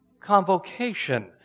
Convocation